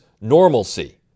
normalcy